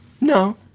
No